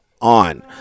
on